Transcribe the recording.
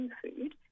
food